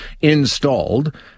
installed